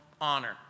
honor